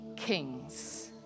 kings